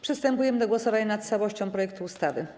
Przystępujemy do głosowania nad całością projektu ustawy.